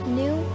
new